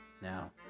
now